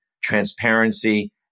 transparency